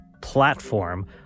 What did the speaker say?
platform